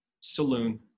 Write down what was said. Saloon